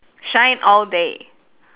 shine all day